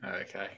Okay